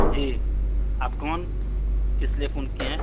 جی آپ کون کس لیے فون کیے ہیں